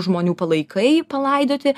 žmonių palaikai palaidoti